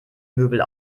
möbel